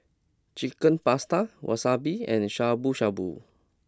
Chicken Pasta Wasabi and Shabu Shabu